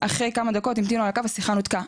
אחרי כמה דק של המתנה על הקו השיחה נותקה.